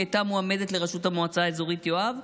שהייתה מועמדת לראשות המועצה האזורית יואב,